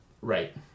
Right